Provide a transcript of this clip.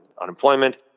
unemployment